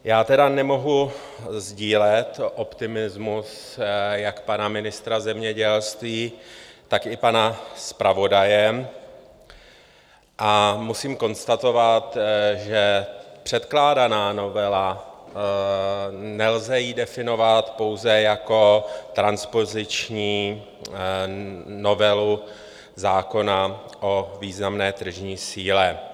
Já tedy nemohu sdílet optimismus jak pana ministra zemědělství, tak i pana zpravodaje a musím konstatovat, že předkládanou novelu nelze definovat pouze jako transpoziční novelu zákona o významné tržní síle.